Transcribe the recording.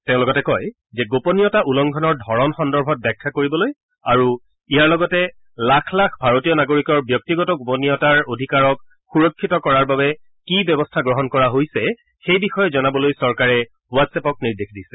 তেওঁ লগতে কয় যে গোপনীয়তা উলংঘনৰ ধৰণ সন্দৰ্ভত ব্যাখ্যা কৰিবলৈ আৰু ইয়াৰ লগতে লাখ লাখ ভাৰতীয় নাগৰিকৰ ব্যক্তিগত গোপনীয়তাৰ অধিকাৰক সুৰক্ষিত কৰাৰ বাবে কি ব্যৱস্থা গ্ৰহণ কৰিছে সেই বিষয়ে জনাবলৈ চৰকাৰে হোৱাট্ছএপক নিৰ্দেশ দিছে